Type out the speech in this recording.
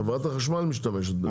הרי חברת החשמל משתמשת בזה.